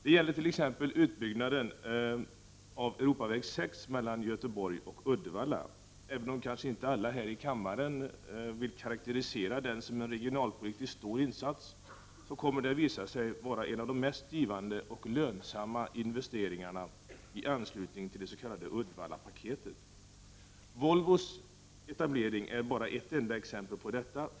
Det gäller bl.a. utbyggnaden av Europaväg 6 mellan Göteborg och Uddevalla. Även om kanske inte alla här i kammaren vill karaktärisera den utbyggnaden som en regionalpolitiskt stor insats, så kommer den att visa sig vara en av de mest givande och lönsamma investeringarna i anslutning till det s.k. Uddevallapaketet. Volvos etablering är bara ett enda exempel på detta.